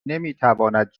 نمیتواند